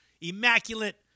immaculate